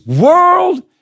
world